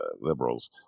liberals